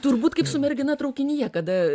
turbūt kaip su mergina traukinyje kada